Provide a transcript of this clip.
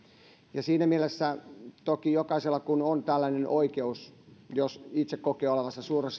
siinä mielessä kun toki jokaisella on tällainen oikeus että jos itse kokee olevansa suuren